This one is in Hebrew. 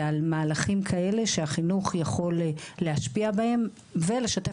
וכל מהלכים כאלה שהחינוך יכול להשפיע בהם ולשתף